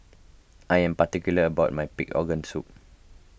I am particular about my Pig Organ Soup